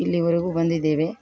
ಇಲ್ಲಿಯವರೆಗೂ ಬಂದಿದ್ದೇವೆ